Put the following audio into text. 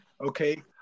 okay